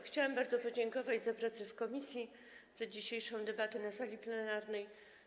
Chciałam bardzo podziękować za pracę w komisji i dzisiejszą debatę na sali plenarnej.